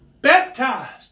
baptized